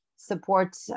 support